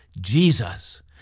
Jesus